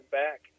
back